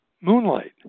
*Moonlight*